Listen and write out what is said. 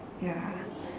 ya